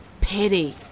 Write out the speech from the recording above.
pity